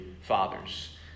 fathers